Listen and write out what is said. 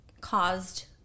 caused